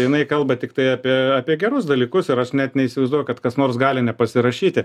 jinai kalba tiktai apie apie gerus dalykus ir aš net neįsivaizduoju kad kas nors gali nepasirašyti